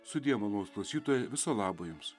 sudie malonūs klausytojai viso labo jums